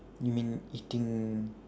you mean eating